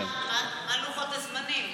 אבל מה לוחות הזמנים?